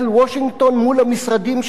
מול המשרדים של "מיקרוסופט".